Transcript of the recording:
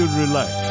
relax